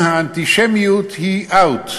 האנטישמיות היא אאוט,